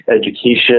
education